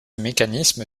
mécanisme